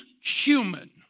human